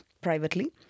privately